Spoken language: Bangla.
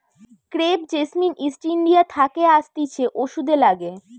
ক্রেপ জেসমিন ইস্ট ইন্ডিয়া থাকে আসতিছে ওষুধে লাগে